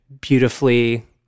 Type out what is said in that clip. beautifully